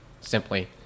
simply